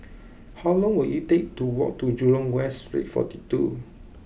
how long will it take to walk to Jurong West Street forty two